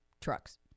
trucks